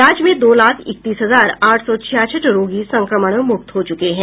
राज्य में दो लाख इकतीस हजार आठ सौ छियासठ रोगी संक्रमण मुक्त हो चुके हैं